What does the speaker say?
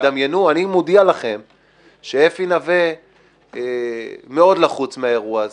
אני מודיע לכם שאפי נווה מאוד לחוץ מהאירוע הזה,